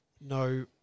no